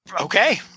Okay